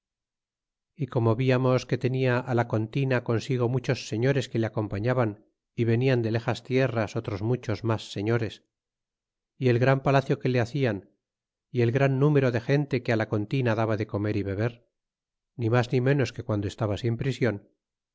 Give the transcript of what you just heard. y como viamos que tenia á la contina consigo muchos señores que le acompañaban y venian de lexas tierras otros muchos mas señores y el gran palacio que le hacian y el gran número de gente que á la contina daba de comer y beber ni mas ni ménos que quando estaba sin prision